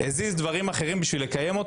הזיז דברים כדי לקיים אותו.